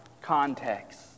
context